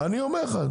אני אומר לך.